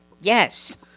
Yes